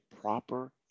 proper